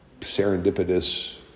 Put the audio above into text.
serendipitous